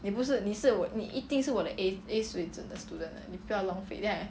你不是你是我你一定是我 A A 水准的 student 的你不要浪费 then I